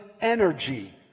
energy